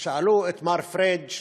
ושאלו את מר פריג':